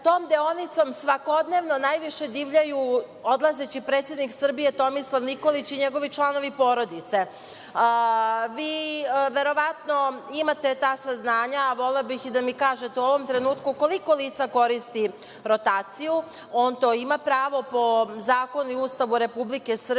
tom deonicom svakodnevno najviše divljaju odlazeći predsednik Srbije Tomislav Nikolić i članovi njegove porodice. Verovatno imate ta saznanja, a volela bih da mi kažete u ovom trenutku koliko lica koristi rotaciju? On na to ima pravo po zakonu i Ustavu Republike Srbije,